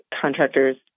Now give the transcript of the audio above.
contractors